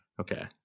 Okay